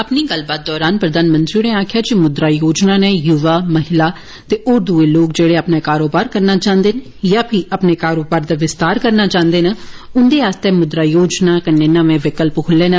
अपनी गल्लबात दौरान प्रधानमंत्री होरें आक्खेआ जे मुद्रा योजना नै युवा महिला ते होर दुए लोक जेडे अपना कारोबार करना चाहन्दे न यां फीह अपने कारोबार दा विस्तार करना चाहन्दे न उन्दे आस्तै मुद्रा योजना कन्नै नमें वैकलिप खुल्ले न